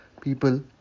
people